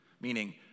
Meaning